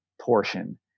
portion